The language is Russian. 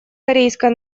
корейской